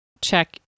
check